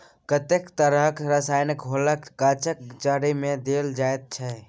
कतेको तरहक रसायनक घोलकेँ गाछक जड़िमे देल जाइत छै